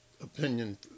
opinion